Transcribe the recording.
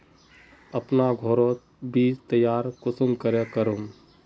अपना घोरोत बीज तैयार कुंसम करे करूम?